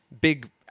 big